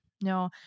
no